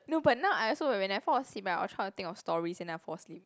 no but now I also when I fall asleep right I will try to think of stories and I'll fall asleep